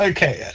Okay